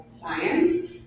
science